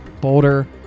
Boulder